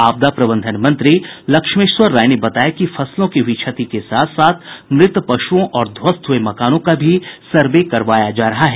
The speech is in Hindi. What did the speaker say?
आपदा प्रबंधन मंत्री लक्ष्मेश्वर राय ने बताया कि फसलों की हुई क्षति के साथ साथ मृत पशुओं और ध्वस्त हुये मकानों का भी सर्वे करवाया जा रहा है